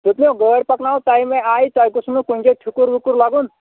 دوٚپمو گٲڑۍ پَکناوَو تَمہِ آیہِ تۄہہِ گوٚسو نہٕ کُنہِ جاے ٹھیُٚکُر ویُٚکُر لَگُن